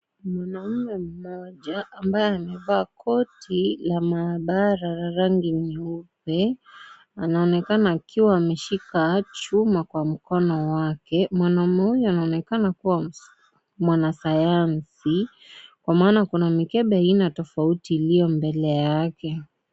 Mwanaume mmoja, ambaye amevaa koti la maabara la rangi nyeupe. Anaonekana akiwa ameshika chuma kwa mkono wake. Mwanaume huyo, anaonekana kuwa mwanasayansi, kwa maana kuna mikebe ya aina tofauti iliyo mbele yake.